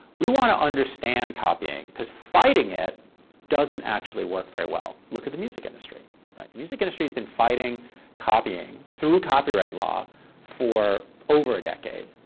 we want to understand copying, because fighting it doesn't actually work very well. look at the music industry. like the music industry's been fighting copying through copyright law for over a decade,